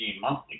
monthly